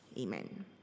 Amen